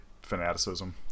fanaticism